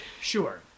sure